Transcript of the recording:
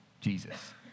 Jesus